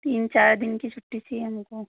तीन चार दिन कि छुट्टी चाहिए हमको